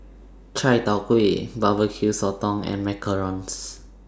Chai Tow Kway Barbecue Sotong and Macarons